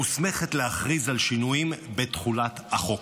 מוסמכת להכריז על שינויים בתחולת החוק.